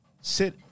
sit